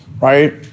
right